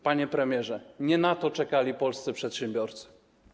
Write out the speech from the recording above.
Panie premierze, nie na to czekali polscy przedsiębiorcy.